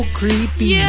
creepy